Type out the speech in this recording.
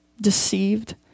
deceived